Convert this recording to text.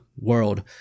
World